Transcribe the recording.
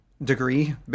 Degree